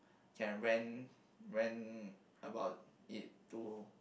can went went about it to